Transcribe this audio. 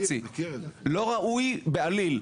לא ראוי בעליל.